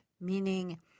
Meaning